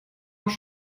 auch